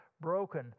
broken